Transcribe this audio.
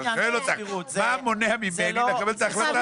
אני שואל אותך: מה מונע ממני לקבל את ההחלטה הזו?